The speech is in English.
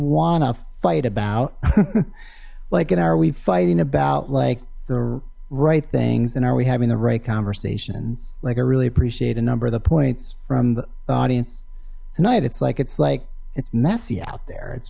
wanna fight about like an hour we fighting about like the right things and are we having the right conversations like i really appreciate a number of the points from the audience tonight it's like it's like it's messy out there it's